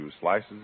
slices